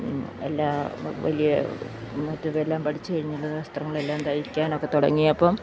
എല്ലാ വലിയ മറ്റതെല്ലാം പഠിച്ചു കഴിഞ്ഞ് എല്ലാ വസ്ത്രങ്ങളെല്ലാം തയ്ക്കാനൊക്കെ തുടങ്ങിയപ്പം